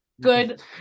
good